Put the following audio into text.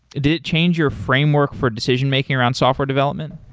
did it change your framework for decision-making around software development?